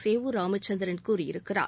சேவூர் ராமச்சந்திரன் கூறியிருக்கிறார்